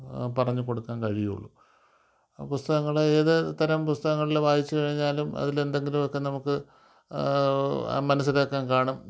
പറഞ്ഞുകൊടുക്കാൻ കഴിയുള്ളൂ പുസ്തകങ്ങൾ ഏത് തരം പുസ്തകങ്ങൾ വായിച്ച് കഴിഞ്ഞാലും അതിൽ എന്തെങ്കിലുമൊക്കെ നമുക്ക് മനസ്സിലാക്കാൻ കാണും